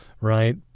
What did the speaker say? right